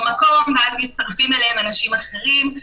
מקום ואז מצטרפים אליהם אנשים אחרים.